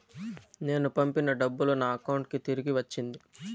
నేను పంపిన డబ్బులు నా అకౌంటు కి తిరిగి వచ్చింది